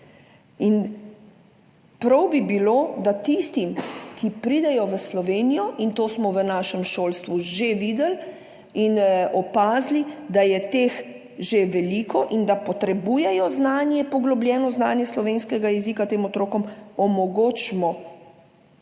Prav bi bilo, da tistim, ki pridejo v Slovenijo, in to smo v našem šolstvu že videli in opazili, da je teh že veliko in da potrebujejo poglobljeno znanje slovenskega jezika, tem otrokom omogočimo